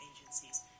agencies